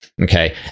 okay